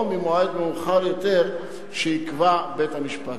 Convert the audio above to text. או ממועד מאוחר יותר שיקבע בית-המשפט.